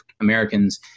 Americans